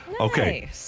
Okay